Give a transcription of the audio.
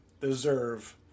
deserve